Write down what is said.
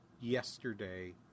yesterday